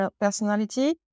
personality